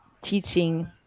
teaching